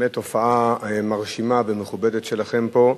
באמת הופעה מרשימה ומכובדת שלכם פה.